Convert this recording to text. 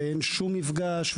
אין שום מפגש,